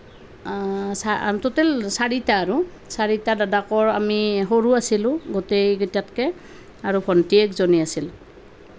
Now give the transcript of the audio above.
চা ট'টেল চাৰিটা আৰু চাৰিটা দাদাকৰ আমি সৰু আছিলোঁ গোটেইকেইটাতকৈ আৰু ভণ্টী একজনী আছিল